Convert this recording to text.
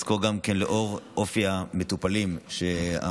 תודה רבה, אדוני היושב-ראש.